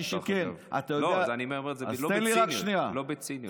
אני אומר לא בציניות,